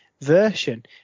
version